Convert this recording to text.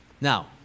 Now